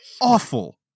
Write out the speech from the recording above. Awful